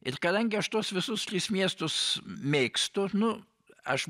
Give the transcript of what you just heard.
ir kadangi aš tuos visus tris miestus mėgstu nu aš